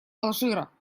алжира